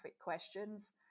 questions